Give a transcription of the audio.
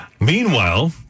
Meanwhile